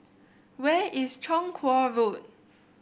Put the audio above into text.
where is Chong Kuo Road